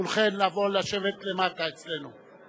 כולכן, לבוא לשבת למטה, אצלנו.